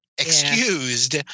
excused